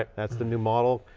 that's the new model.